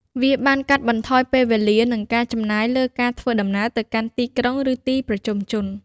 វាបានកាត់បន្ថយពេលវេលា និងការចំណាយលើការធ្វើដំណើរទៅកាន់ទីក្រុង ឬទីប្រជុំជន។